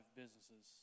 businesses